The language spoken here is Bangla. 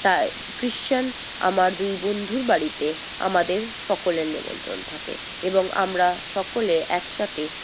তায় খ্রিশ্চান আমার দুই বন্ধুর বাড়িতে আমাদের সকলের নেমন্ত্রণ থাকে এবং আমরা সকলে একসাথে